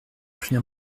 plus